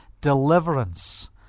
deliverance